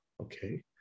okay